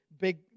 big